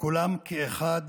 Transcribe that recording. וכולם כאחד